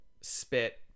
spit